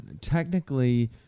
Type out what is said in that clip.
technically